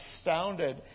astounded